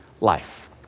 life